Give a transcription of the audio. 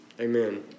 amen